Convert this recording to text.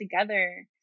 together